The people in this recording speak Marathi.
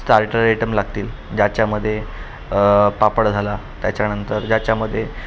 स्टार्टर आईटम लागतील ज्याच्यामध्ये पापड झाला त्याच्यानंतर ज्याच्यामध्ये